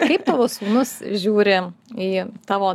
kaip tavo sūnus žiūri į tavo